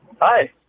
Hi